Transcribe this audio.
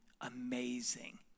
amazing